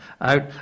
out